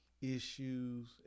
issues